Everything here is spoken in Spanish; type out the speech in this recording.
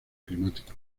climático